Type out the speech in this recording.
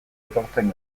etortzen